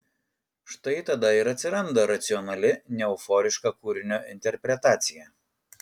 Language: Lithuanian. štai tada ir atsiranda racionali neeuforiška kūrinio interpretacija